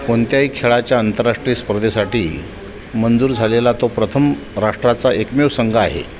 कोणत्याही खेळाच्या आंतरराष्ट्रीय स्पर्धेसाठी मंजूर झालेला तो प्रथम राष्ट्राचा एकमेव संघ आहे